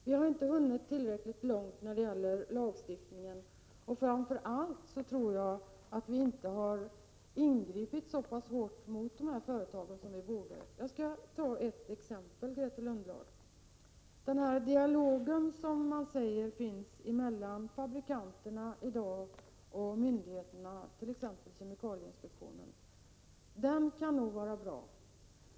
Vi har inte hunnit tillräckligt långt när det gäller lagstiftningen, och framför allt tror jag att vi inte har ingripit så hårt mot företagen som vi borde ha gjort. Jag skall ta ett exempel. Den dialog som Grethe Lundblad säger finns mellan fabrikanter och myndigheter, t.ex. kemikalieinspektionen, kan nog vara bra.